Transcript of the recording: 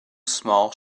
small